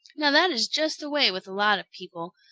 now that is just the way with a lot of people.